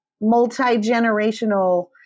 multi-generational